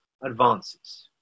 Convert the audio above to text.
advances